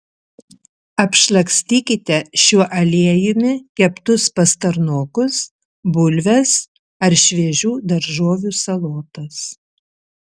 apšlakstykite šiuo aliejumi keptus pastarnokus bulves ar šviežių daržovių salotas